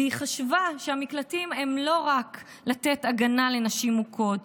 והיא חשבה שהמקלטים הם לא רק כדי לתת הגנה לנשים מוכות,